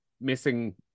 missing